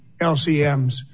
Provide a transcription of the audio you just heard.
LCMs